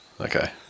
Okay